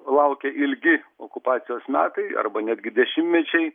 laukia ilgi okupacijos metai arba netgi dešimtmečiai